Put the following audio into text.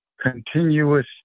continuous